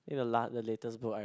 is the la~ the latest book I